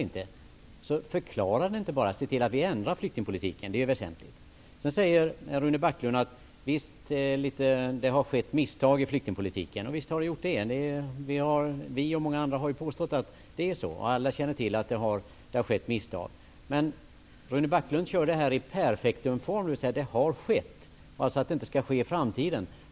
Alltså: Förklara den inte bara -- se till att vi ändrar flyktingpolitiken! Det är väsentligt. Rune Backlund sade att det har skett misstag i flyktingpolitiken. Visst har det gjort det! Det har vi och många andra påstått. Alla känner till att det har begåtts misstag. Men när Rune Backlund talar om detta använder han perfektumformen ''det har skett'' och tror alltså att det inte skall ske i framtiden.